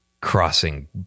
Crossing